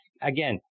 Again